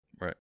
Right